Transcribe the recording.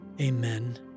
amen